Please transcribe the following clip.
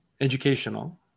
educational